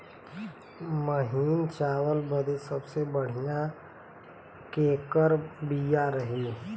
महीन चावल बदे सबसे बढ़िया केकर बिया रही?